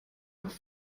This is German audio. auch